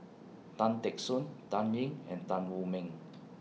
Tan Teck Soon Dan Ying and Tan Wu Meng